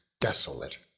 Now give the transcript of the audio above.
desolate